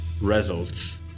results